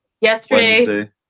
Yesterday